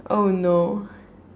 oh no